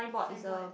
sand board